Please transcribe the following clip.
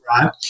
right